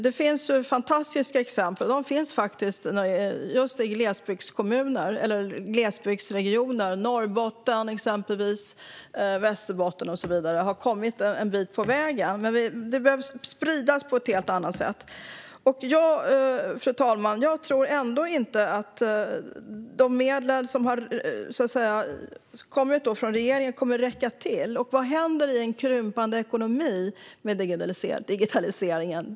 Det finns fantastiska exempel. De finns just i glesbygdsregioner. Exempelvis Norrbotten, Västerbotten och så vidare har kommit en bit på vägen. Men det behöver spridas på ett helt annat sätt. Fru talman! Jag tror ändå inte att de medel som har kommit från regeringen kommer att räcka till. Vad händer i en krympande ekonomi med digitaliseringen?